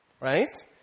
Right